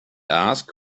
ask